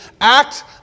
act